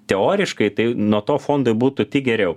teoriškai tai nuo to fondui būtų tik geriau